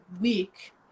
week